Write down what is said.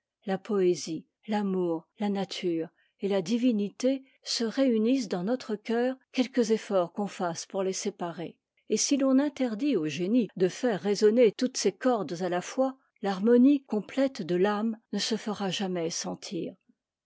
la poésie l'amour la nature et la divinité se réunissent dans notre cœur quelques efforts qu'on fasse pour les séparer et si l'on interdit au génie de faire résonner toutes ces cordes à a fois l'harmonie complète de t'âme ne se fera jamais sentir